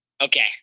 Okay